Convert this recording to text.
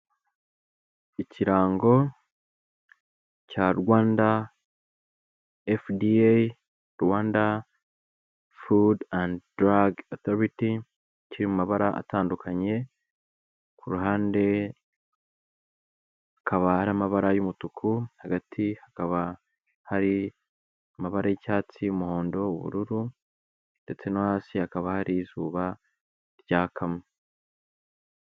Ikirango cya Rwanda fda, Rwanda food and drugs authority. Kiri mu mabara atandukanye, ku ruhande hakaba hari amabara y'umutuku. Hagati hakaba hari amabara y'icyatsi, y'umuhondo, ubururu ndetse no hasi hakaba hari izuba ryakamo.